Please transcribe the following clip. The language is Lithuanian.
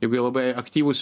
jeigu jie labai aktyvūs